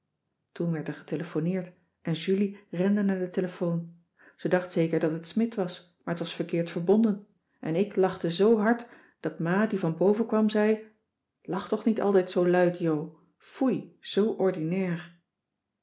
werd er getelefoneerd en julie rende naar de telefoon ze dacht zeker dat het smidt was maar t was verkeerd verbonden en ik lachte zo hard dat ma die van boven kwam zei lach toch niet altijd zoo luid jo foei zoo ordinair